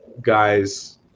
guys